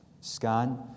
scan